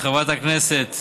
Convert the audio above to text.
לחברת הכנסת